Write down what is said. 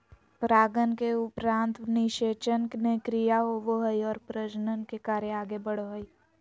परागन के उपरान्त निषेचन के क्रिया होवो हइ और प्रजनन के कार्य आगे बढ़ो हइ